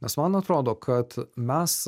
nes man atrodo kad mes